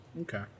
Okay